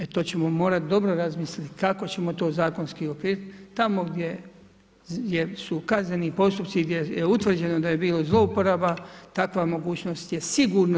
E to ćemo morati dobro razmisliti kako ćemo to zakonski okvir, tamo gdje su kazneni postupci, gdje je utvrđeno da je bilo zlouporaba, takva mogućnost je sigurno